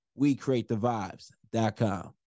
WeCreateTheVibes.com